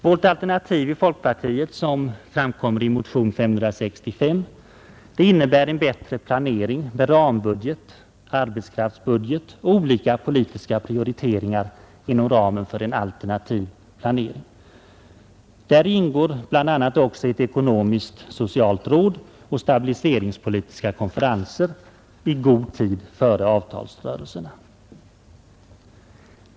Vårt alternativ i folkpartiet, som framkommer i motion 565, innebär en bättre planering med rambudget, arbetskraftsbudget och olika politiska prioriteringar inom ramen för en alternativ planering. Däri ingår bl.a. också ett ekonomiskt socialt råd och stabiliseringspolitiska konferenser — i god tid före avtalsrörelserna.